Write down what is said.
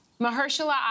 Mahershala